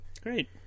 Great